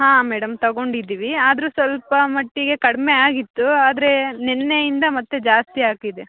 ಹಾಂ ಮೇಡಮ್ ತಗೊಂಡಿದ್ದೀವಿ ಆದರೂ ಸ್ವಲ್ಪ ಮಟ್ಟಿಗೆ ಕಡಿಮೆ ಆಗಿತ್ತು ಆದರೆ ನಿನ್ನೆಯಿಂದ ಮತ್ತೆ ಜಾಸ್ತಿ ಆಗಿದೆ